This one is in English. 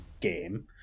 game